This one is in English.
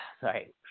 sorry